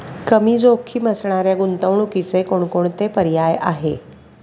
कमी जोखीम असणाऱ्या गुंतवणुकीचे कोणकोणते पर्याय आहे?